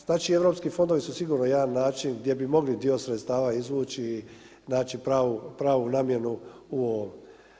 Znači europski fondovi su sigurno jedan način gdje bi mogli dio sredstava izvući i naći pravu namjenu u ovome.